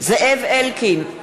זאב אלקין,